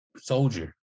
soldier